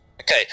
Okay